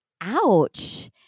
ouch